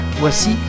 Voici